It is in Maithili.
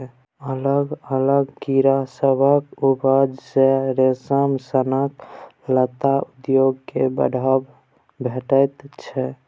अलग अलग कीड़ा सभक उपजा सँ रेशम सनक लत्ता उद्योग केँ बढ़ाबा भेटैत छै